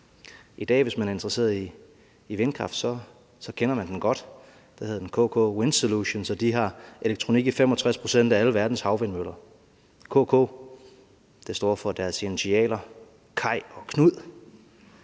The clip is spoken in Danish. godt, hvis man er interesseret i vindkraft. Den hedder KK Wind Solutions, de har elektronik i 65 pct. af alle verdens havvindmøller – og KK? Det står for deres initialer: Kaj og Knud.